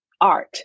art